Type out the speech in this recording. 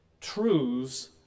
truths